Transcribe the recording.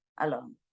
alone